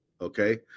okay